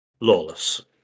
Lawless